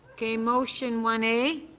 okay motion one a,